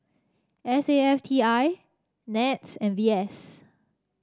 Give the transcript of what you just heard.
S A F T I NETS and V S